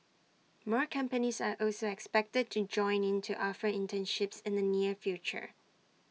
more companies are also expected to join in to offer internships in the near future